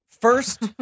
First